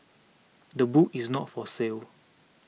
the book is not for sale